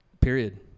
period